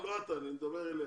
אני מדבר אליה.